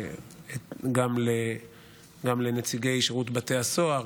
גם לנציגי שירות בתי הסוהר,